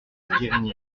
guerini